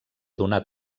donar